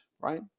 right